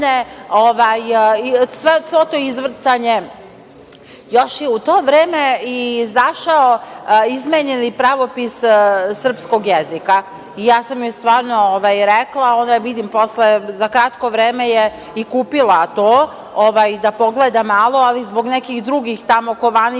svo to izvrtanje. Još je u to vreme i izašao izmenjeni Pravopis srpskog jezika. Ja sam joj stvarno rekla, ona je vidim posle za kratko vreme i kupila to da pogleda malo i zbog nekih drugih tamo kovanica